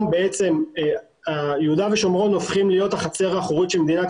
בעצם יהודה ושומרון הופכים להיות החצר האחורית של מדינת